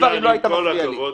אילן, עם כל הכבוד,